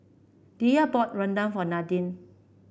Diya bought rendang for Nadine